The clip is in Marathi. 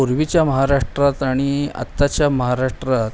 पूर्वीच्या महाराष्ट्रात आणि आत्ताच्या महाराष्ट्रात